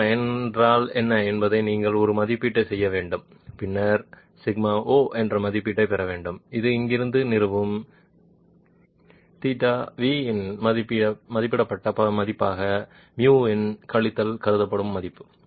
Σv என்றால் என்ன என்பதை நீங்கள் ஒரு மதிப்பீட்டைச் செய்ய வேண்டும் பின்னர் τ0 என்ற மதிப்பீட்டைப் பெற வேண்டும் இது இங்கிருந்து நிறுவும் σv இன் மதிப்பிடப்பட்ட மதிப்பாக μ இன் கழித்தல் கருதப்படும் மதிப்பு